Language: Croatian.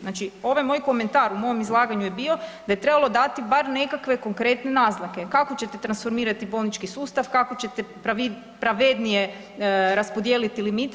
Znači, ovaj moj komentar u mom izlaganju je bio da je trebalo dati bar nekakve konkretne naznake kako ćete transformirati bolnički sustav, kako ćete pravednije raspodijeliti limite.